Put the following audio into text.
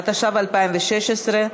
התשע"ו 2016,